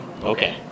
Okay